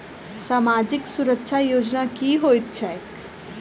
सामाजिक सुरक्षा योजना की होइत छैक?